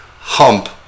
hump